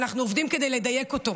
ואנחנו עובדים כדי לדייק אותו.